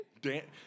Dan